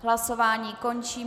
Hlasování končím.